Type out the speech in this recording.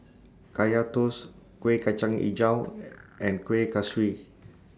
Kaya Toast Kueh Kacang Hijau and Kuih Kaswi